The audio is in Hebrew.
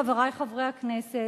חברי חברי הכנסת,